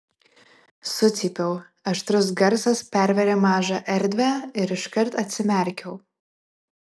sucypiau aštrus garsas pervėrė mažą erdvę ir iškart atsimerkiau